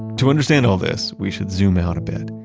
to understand all this, we should zoom out a bit.